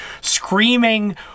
screaming